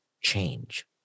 change